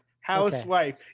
Housewife